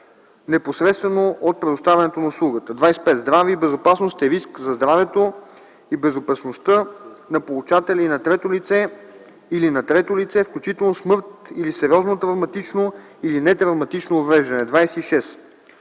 непосредствено от предоставянето на услугата. 25. „Здраве и безопасност“ e риск за здравето и безопасността на получателя или на трето лице, включително смърт или сериозно травматично или нетравматично увреждане. 26.